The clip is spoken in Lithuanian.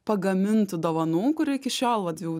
pagamintų dovanų kur iki šiol vat jau